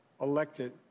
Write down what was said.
Elected